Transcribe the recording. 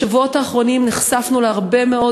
בשבועות האחרונים נחשפנו להרבה מאוד